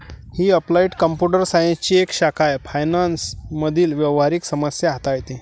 ही applied computer सायन्सची एक शाखा आहे फायनान्स मधील व्यावहारिक समस्या हाताळते